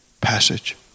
passage